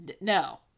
No